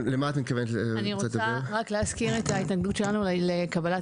אני רוצה רק להזכיר את ההתנגדות שלנו לקבלת